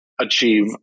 achieve